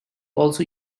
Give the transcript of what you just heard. also